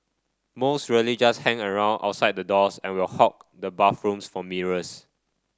most really just hang around outside the doors and will hog the bathrooms for mirrors